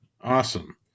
Awesome